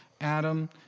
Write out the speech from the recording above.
adam